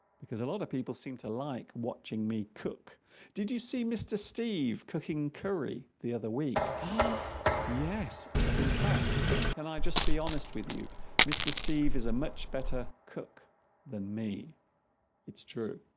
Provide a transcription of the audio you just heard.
because a lot of people seem to like watching me cook did you see mr. steve cooking curry the other week yes in fact can i just be honest with you mr. steve is a much better cook than me it's true